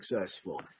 successful